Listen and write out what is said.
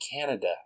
Canada